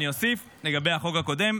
אוסיף לגבי החוק הקודם,